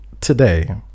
today